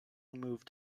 removed